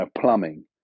plumbing